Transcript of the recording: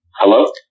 Hello